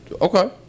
Okay